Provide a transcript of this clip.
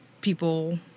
people